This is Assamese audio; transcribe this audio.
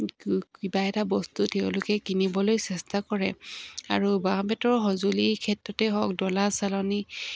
কিবা এটা বস্তু তেওঁলোকে কিনিবলৈ চেষ্টা কৰে আৰু বাঁহ বেতৰ সঁজুলিৰ ক্ষেত্ৰতে হওক ডলা চালনি